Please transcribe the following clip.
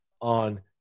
on